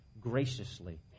graciously